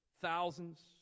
thousands